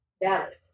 Dallas